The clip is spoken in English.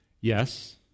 Yes